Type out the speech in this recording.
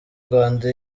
rwanda